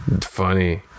funny